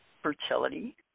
Fertility